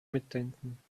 mitdenken